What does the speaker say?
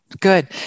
Good